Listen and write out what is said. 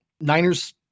Niners